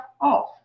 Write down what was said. off